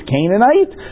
Canaanite